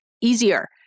easier